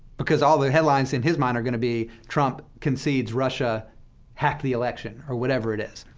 because all the headlines in his mind are going to be, trump concedes russia hacked the election, or whatever it is,